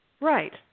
Right